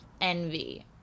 envy